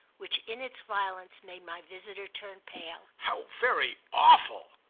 which, in its violence, made my visitor turn pale. how very awful!